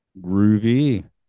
Groovy